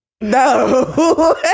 No